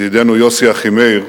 ידידנו יוסי אחימאיר,